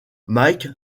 mike